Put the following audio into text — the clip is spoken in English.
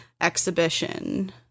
exhibition